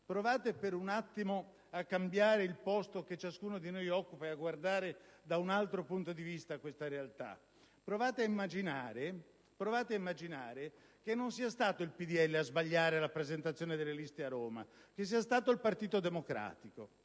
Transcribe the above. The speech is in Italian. Provate per un attimo a cambiare il posto che ciascuno di noi occupa e a guardare da un altro punto di vista questa realtà; provate a immaginare che non sia stato il PdL a sbagliare la presentazione delle liste a Roma, ma che sia stato il Partito Democratico